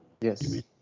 Yes